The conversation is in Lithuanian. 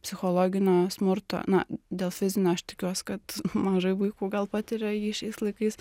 psichologinio smurto na dėl fizinio aš tikiuos kad mažai vaikų gal patiria jį šiais laikais